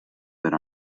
that